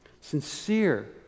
Sincere